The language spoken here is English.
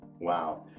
Wow